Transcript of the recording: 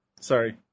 Sorry